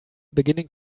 beginning